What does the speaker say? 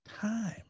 time